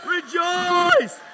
Rejoice